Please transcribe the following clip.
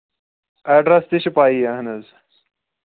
address تہِ چھُ پایی اَہَن حظ